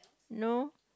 no